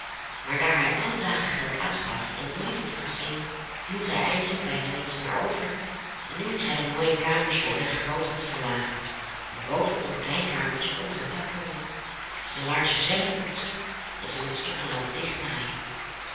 maar daar hij alle dagen geld uitgaf en nooit iets ontving hield hij eindelijk bijna niets meer over en nu moest hij de mooie kamers waarin hij gewoond had verlaten en boven op een klein kamertje onder het dak wonen zijn laarzen zelf poetsen en ze met